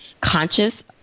conscious